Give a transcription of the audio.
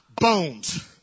bones